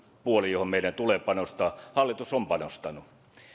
puoli johon meidän tulee panostaa ja hallitus on panostanut